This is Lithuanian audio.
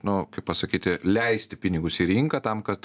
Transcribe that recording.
nu kaip pasakyti leisti pinigus į rinką tam kad